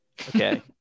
Okay